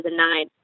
2009